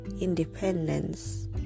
independence